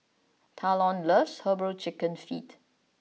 Talon loves Herbal Chicken Feet